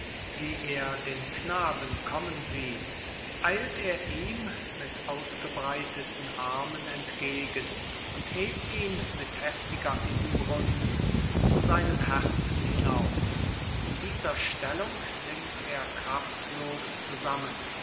wie er den knaben kommen sieht eilt er ihm mit ausgebreiteten armen entgegen und hebt ihn mit heftiger inbrunst zu seinem herzen hinauf in dieser stellung sinkt er kraftlos zusammen